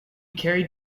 carried